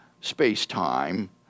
space-time